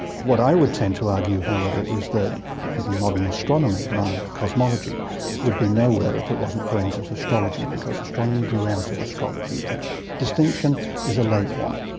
what i would tend to argue, however, is that even modern astronomy, modern cosmology would be nowhere if it wasn't for ancient astrology because astronomy grew out of astrology. the distinction is a late one.